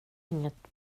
inget